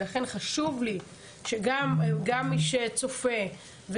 לכן חשוב לי שגם מי שצופה,